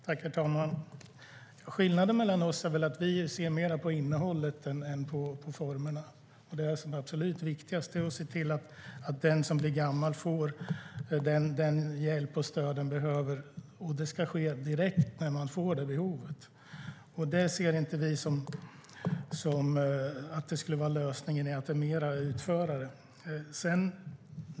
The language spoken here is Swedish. Herr talman! Skillnaden mellan oss är väl att vi ser mer på innehållet än på formerna. Det absolut viktigaste är att se till att den som blir gammal får den hjälp och det stöd den behöver, och det ska ske direkt när behovet uppstår. Vi ser inte att lösningen skulle vara att det är fler utförare.